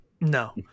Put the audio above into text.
no